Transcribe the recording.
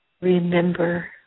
remember